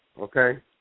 Okay